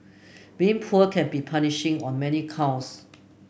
being poor can be punishing on many counts